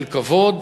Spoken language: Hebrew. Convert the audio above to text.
של כבוד,